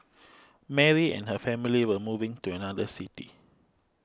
Mary and her family were moving to another city